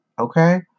okay